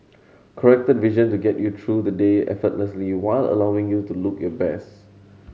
corrected vision to get you through the day effortlessly while allowing you to look your best